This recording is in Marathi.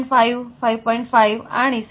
555 आणि 7